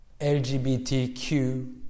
LGBTQ